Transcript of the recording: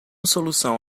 solução